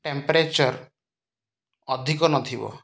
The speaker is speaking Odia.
ଟେମ୍ପରେଚର୍ ଅଧିକ ନଥିବ